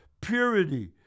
purity